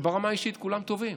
שברמה האישית כולם טובים,